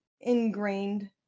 ingrained